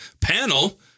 panel